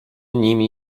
nimi